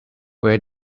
where